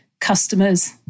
customers